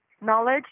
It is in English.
knowledge